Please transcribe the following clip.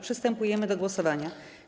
Przystępujemy do głosowania.